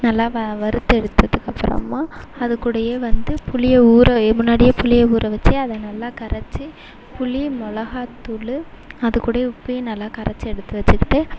நல்லா வ வறுத்து எடுத்ததுக்கப்புறமா அது கூடயே வந்து புளியை ஊற முன்னாடியே புளிய ஊற வச்சு அதை நல்லா கரைச்சு புளி மிளகா தூள் அது கூடையே உப்பையும் நல்லா கரைச்சி எடுத்து வச்சுக்கிட்டு